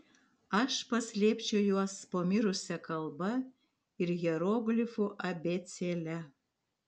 aš paslėpčiau juos po mirusia kalba ir hieroglifų abėcėle